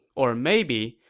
or maybe,